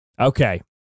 Okay